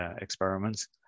experiments